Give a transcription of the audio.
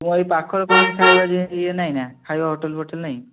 ମୁଁ ଏଇ ପାଖରେ କ'ଣ ଅଛି ଖାଇବା ଜି ୟେ ନାହିଁନା ଖାଇବା ହୋଟେଲ୍ ଫୋଟେଲ୍ ନାହିଁ